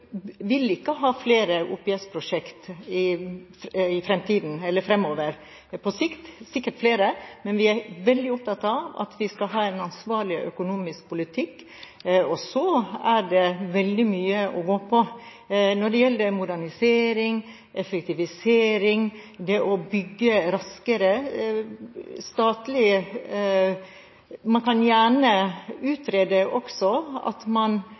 vil ha flere OPS-prosjekt fremover. På sikt sikkert flere, men vi er veldig opptatt av at vi skal ha en ansvarlig økonomisk politikk. Så er det veldig mye å gå på når det gjelder modernisering, effektivisering og det å bygge raskere. Man kan gjerne også utrede at man